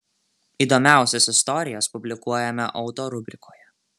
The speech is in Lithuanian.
įdomiausias istorijas publikuojame auto rubrikoje